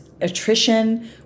attrition